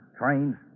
trains